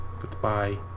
Goodbye